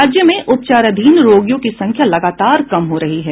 राज्य में उपचाराधीन रोगियों की संख्या लगातार कम हो रही है